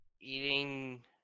eating